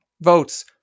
votes